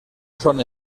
són